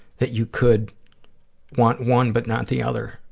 that you could want one but not the other.